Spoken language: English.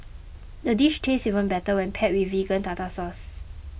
the dish tastes even better when paired with Vegan Tartar Sauce